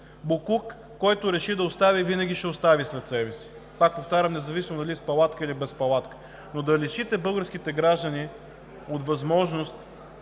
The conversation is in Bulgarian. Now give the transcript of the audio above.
палатки. Който реши да остави боклук, винаги ще го остави след себе си – пак повтарям, независимо дали е с палатка, или без палатка. Но да лишите българските граждани от възможност